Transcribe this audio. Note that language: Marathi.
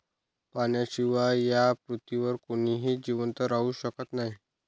पाण्याशिवाय या पृथ्वीवर कोणीही जिवंत राहू शकत नाही